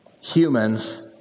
humans